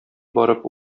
барып